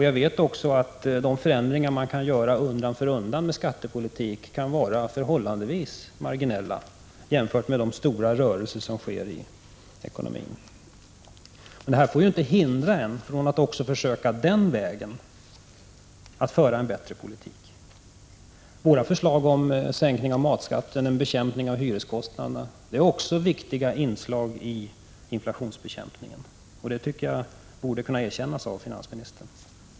Jag vet också att de förändringar man kan göra undan för undan med skattepolitik kan vara förhållandevis marginella jämfört med de stora rörelser som sker i ekonomin. Men detta får inte hindra en från att också den vägen försöka föra en bättre politik. Våra förslag om sänkning av matskatten och hyreskostnaderna är också viktiga inslag i inflationsbekämpningen, och det borde kunna erkännas av finansministern.